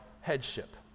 headship